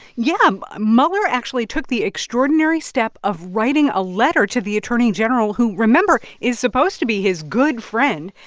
yeah. mueller actually took the extraordinary step of writing a letter to the attorney general, who, remember, is supposed to be his good friend,